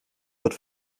wird